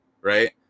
right